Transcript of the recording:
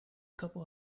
couple